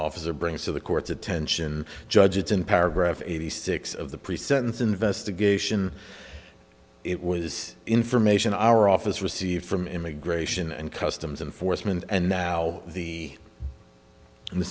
officer brings to the court's attention judge it's in paragraph eighty six of the pre sentence investigation it was information our office received from immigration and customs enforcement and now the in the